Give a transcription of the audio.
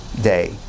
day